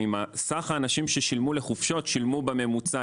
סך האנשים ששילמו לחופשות שילמו בממוצע